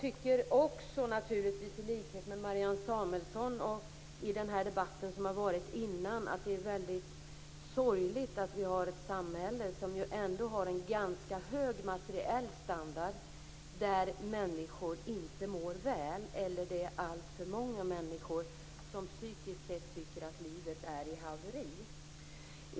I likhet med vad Marianne Samuelsson sade i den föregående debatten tycker jag att det är väldigt sorgligt att vi har ett samhälle - som ju ändå har en ganska hög materiell standard - där alltför många människor inte mår bra psykiskt sett utan tycker att deras liv har havererat.